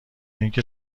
اینکه